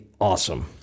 awesome